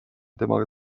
temaga